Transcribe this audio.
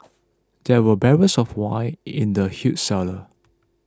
there were barrels of wine in the huge cellar